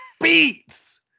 beats